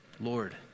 Lord